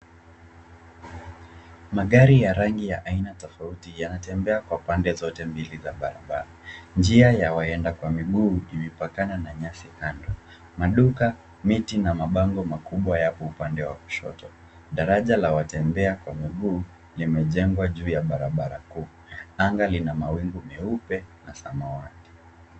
Magari ya rangi ya aina tofauti yanatembea kwa pande zote mbili za barabara. Njia ya waenda kwa miguu, imepakana na nyasi kando. Maduka, miti na mabango makubwa yapo upande wa kushoto. Daraja la watembea kwa miguu, limejengwa juu ya barabara kuu. Anga lina mawingu meupe na samawati.